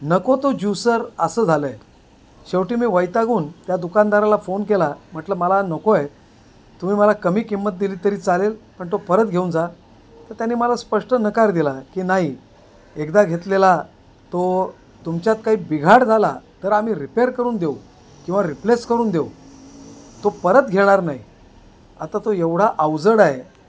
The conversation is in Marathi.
नको तो ज्युसर असं झालं आहे शेवटी मी वैतागून त्या दुकानदाराला फोन केला म्हटलं मला नको आहे तुम्ही मला कमी किंमत दिली तरी चालेल पण तो परत घेऊन जा तर त्याने मला स्पष्ट नकार दिला की नाही एकदा घेतलेला तो तुमच्यात काही बिघाड झाला तर आम्ही रिपेअर करून देऊ किंवा रिप्लेस करून देऊ तो परत घेणार नाही आता तो एवढा अवजड आहे